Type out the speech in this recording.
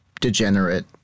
degenerate